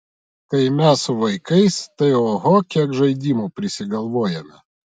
kaime su vaikais tai oho kiek žaidimų prisigalvojame